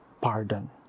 pardon